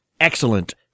excellent